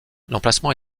l’emplacement